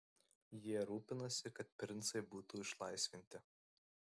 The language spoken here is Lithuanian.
jie rūpinasi kad princai būtų išlaisvinti